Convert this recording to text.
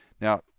Now